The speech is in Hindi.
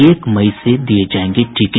एक मई से दिये जायेंगे टीके